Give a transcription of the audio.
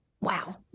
wow